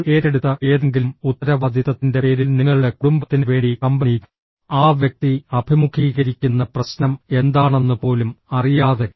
നിങ്ങൾ ഏറ്റെടുത്ത ഏതെങ്കിലും ഉത്തരവാദിത്തത്തിന്റെ പേരിൽ നിങ്ങളുടെ കുടുംബത്തിന് വേണ്ടി കമ്പനി ആ വ്യക്തി അഭിമുഖീകരിക്കുന്ന പ്രശ്നം എന്താണെന്ന് പോലും അറിയാതെ